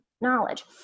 knowledge